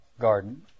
garden